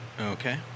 Okay